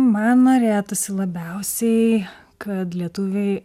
man norėtųsi labiausiai kad lietuviai